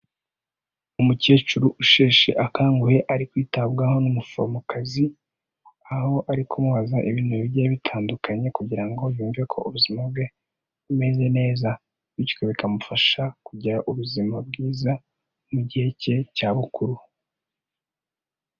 Umukecuru usheshe akanguhe ari kwitabwaho n'umuforomokazi, aho ari kumubazaza ibintu bigiye bitandukanye kugira ngo yumve ko ubuzima bwe bumeze neza bityo bikamufasha kugira ubuzima bwiza mu gihe cye cya bukuru.